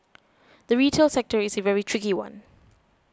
the retail sector is a very tricky one